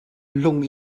lung